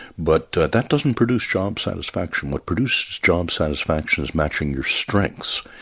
but that doesn't produce job satisfaction. what produces job satisfaction is matching your strengths,